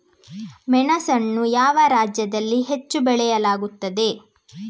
ಮೆಣಸನ್ನು ಯಾವ ರಾಜ್ಯದಲ್ಲಿ ಹೆಚ್ಚು ಬೆಳೆಯಲಾಗುತ್ತದೆ?